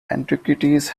antiquities